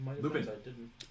Lupin